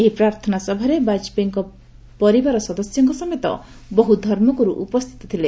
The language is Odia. ଏହି ପ୍ରାର୍ଥନା ସଭାରେ ବାଜପେୟୀଙ୍କ ପରିବାର ସଦସ୍ୟଙ୍କ ସମେତ ବହୁ ଧର୍ମଗୁରୁ ଉପସ୍ଥିତ ଥିଲେ